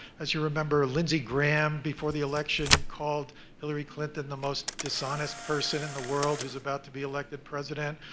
as you remember, lindsey graham, before the election, called hillary clinton the most dishonest person in the world, who's about to be elected president.